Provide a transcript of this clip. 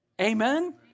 Amen